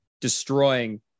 destroying